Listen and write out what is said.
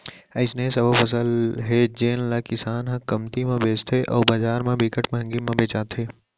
अइसने सबो फसल हे जेन ल किसान ह कमती म बेचथे अउ बजार म बिकट मंहगी म बेचाथे